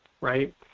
right